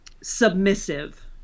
submissive